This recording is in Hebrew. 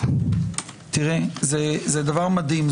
תראה, זה מדהים.